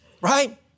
Right